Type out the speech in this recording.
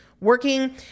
working